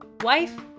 Wife